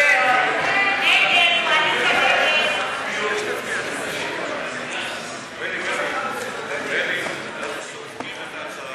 ההסתייגות (26) של קבוצת סיעת המחנה הציוני לסעיף 1 לא נתקבלה.